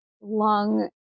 lung